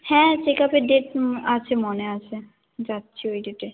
হ্যাঁ চেক আপের ডেট আছে মনে আছে যাচ্ছি ওই ডেটে